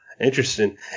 Interesting